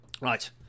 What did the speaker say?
Right